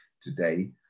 today